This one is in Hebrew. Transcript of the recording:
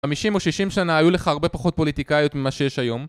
50 או 60 שנה היו לך הרבה פחות פוליטיקאיות ממה שיש היום